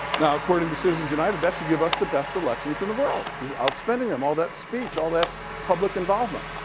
now, according to citizens united, that should give us the best elections in the world. we're outspending them. all that speech. all that public involvement.